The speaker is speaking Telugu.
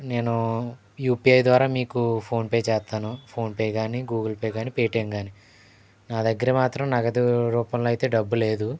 నేను యూపీఐ ద్వారా మీకు ఫోన్పే చేస్తాను ఫోన్పే కాని గూగుల్ పే కాని పేటీఎమ్ కాని నా దగ్గర మాత్రం నగదు రూపంలో అయితే డబ్బు లేదు